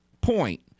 point